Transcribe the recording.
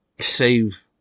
save